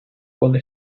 cuando